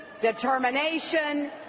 determination